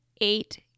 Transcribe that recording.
eight